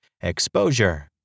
Exposure